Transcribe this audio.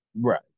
Right